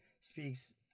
speaks